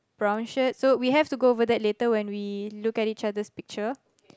brown shirt so we have to go over that later when we look at each other's picture